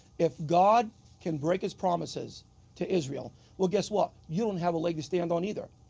if god can break his promises to israel, well guess what you don't have a leg to stand on either.